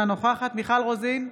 אינה נוכחת מיכל רוזין,